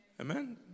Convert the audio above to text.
Amen